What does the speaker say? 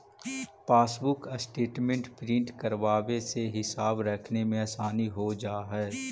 passbook statement print करवावे से हिसाब रखने में आसानी हो जा हई